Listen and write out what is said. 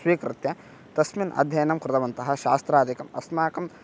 स्वीकृत्य तस्मिन् अध्ययनं कृतवन्तः शास्त्रादिकम् अस्माकम्